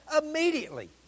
immediately